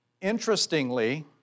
Interestingly